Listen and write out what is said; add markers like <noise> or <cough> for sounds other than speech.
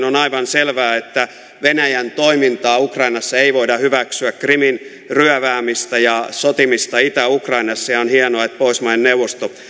<unintelligible> on aivan selvää että venäjän toimintaa ukrainassa ei voida hyväksyä krimin ryöväämistä ja sotimista itä ukrainassa on hienoa että pohjoismaiden neuvosto